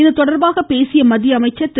இது தொடர்பாக பேசிய மத்திய அமைச்சர் திரு